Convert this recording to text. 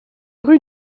rue